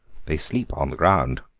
they sleep on the ground.